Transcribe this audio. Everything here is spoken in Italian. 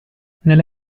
nelle